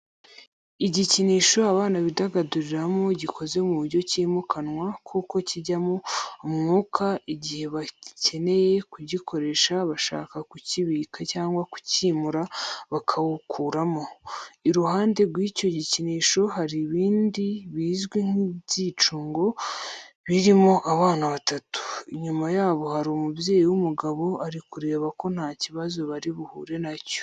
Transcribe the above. Igikinisho abana bidagaduriramo gikoze ku buryo cyimukanwa kuko kijyamo umwuka igihe bakeneye kugikoresha bashaka kukibika cyangwa kucyimura bakawukuramo. Iruhande rw'icyo gikinisho hari ibindi bizwi nk'ibyicungo birimo abana batatu, inyuma yabo hari umubyeyi w'umugabo uri kureba ko nta kibazo bari buhure na cyo.